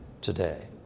today